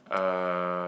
uh